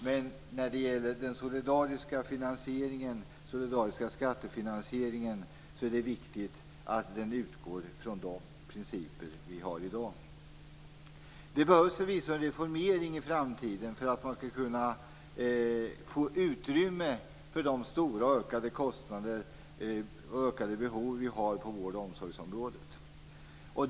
Men när det gäller den solidariska skattefinansieringen är det viktigt att den utgår från de principer som vi i dag har. Det behövs förvisso en reformering i framtiden för att man skall kunna få utrymme för de stora och ökade kostnaderna och behoven på vård och omsorgsområdet.